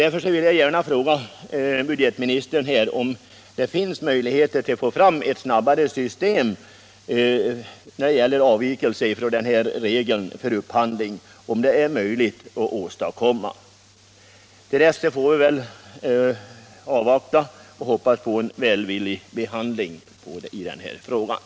Därför vill jag gärna fråga budgetministern om det finns möjligheter att införa en snabbare handläggning av framställningar om avvikelser från reglerna för upphandling. Till dess får vi väl avvakta och hoppas på en välvillig behandling av vår framställning.